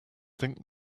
think